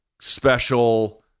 special